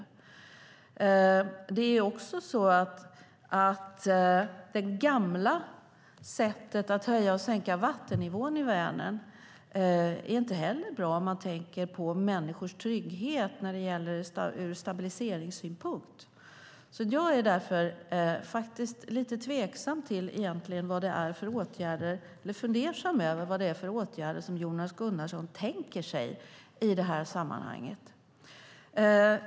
Det gamla sättet att höja och sänka vattennivån i Vänern är inte heller bra om man tänker på människors trygghet ur stabiliseringssynpunkt. Jag är därför lite fundersam över vad det är för åtgärder som Jonas Gunnarsson tänker sig i det här sammanhanget.